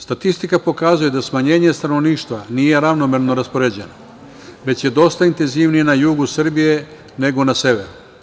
Statistika pokazuje da smanjenje stanovništva nije ravnomerno raspoređeno, već je dosta intenzivnije na jugu Srbije, nego na severu.